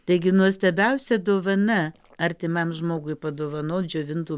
taigi nuostabiausia dovana artimam žmogui padovanot džiovintų